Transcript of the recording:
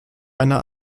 einer